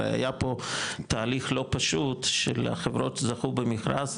הרי היה פה תהליך לא פשוט של החברות זכו במכרז,